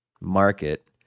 market